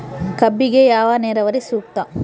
ಕಬ್ಬಿಗೆ ಯಾವ ನೇರಾವರಿ ಸೂಕ್ತ?